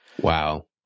Wow